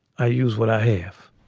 i use what i have